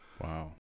wow